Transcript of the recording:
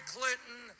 Clinton